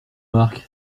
marc